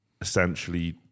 essentially